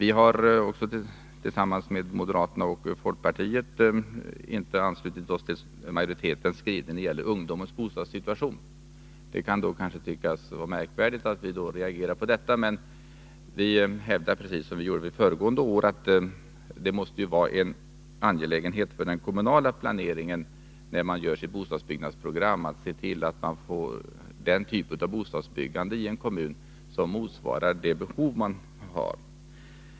I likhet med moderaterna och folkpartiet har vi inte anslutit oss till majoritetens skrivning när det gäller ungdomens bostadssituation. Det kan tyckas vara märkvärdigt att vi reagerar på det sättet, men vi hävdar precis som föregående år att det måste vara en angelägenhet för kommunerna, när de gör sina bostadsbyggnadsprogram, att se till att man får den typ av bostadsbyggande som motsvarar behovet i kommunen.